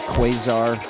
Quasar